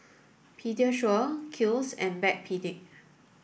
Pediasure Kiehl's and Backpedic